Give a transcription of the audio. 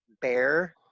bear